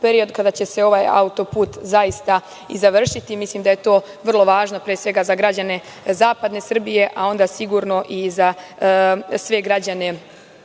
period kada će se ovaj autoput zaista i završiti. Mislim da je to vrlo važno, pre svega za građane zapadne Srbije, a onda sigurno i za sve građane